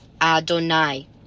Adonai